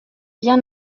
bien